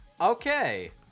Okay